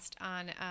on